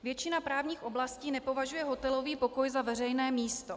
Většina právních oblastí nepovažuje hotelový pokoj za veřejné místo.